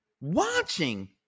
watching